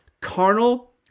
carnal